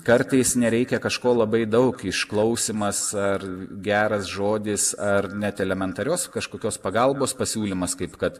kartais nereikia kažko labai daug išklausymas ar geras žodis ar net elementarios kažkokios pagalbos pasiūlymas kaip kad